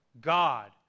God